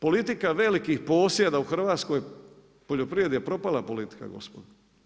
Politika velikih posjeda u hrvatskoj poljoprivredi je propala politika gospodo.